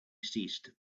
ceased